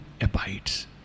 abides